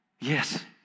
Yes